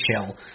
chill